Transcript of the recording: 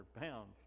pounds